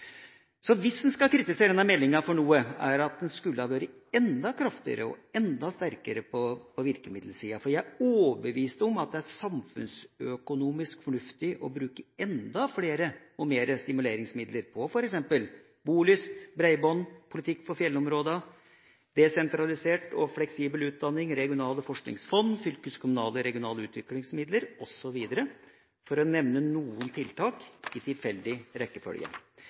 Hvis en skal kritisere denne meldinga for noe, er det at den skulle ha vært enda kraftigere og enda sterkere på virkemiddelsida. Jeg er overbevist om at det er samfunnsøkonomisk fornuftig å bruke enda flere stimuleringsmidler på f.eks. bolyst, bredbånd, politikk for fjellområdene, desentralisert og fleksibel utdanning, regionale forskningsfond, fylkeskommunale- og regionale utviklingsmidler osv., for å nevne noen tiltak i tilfeldig rekkefølge.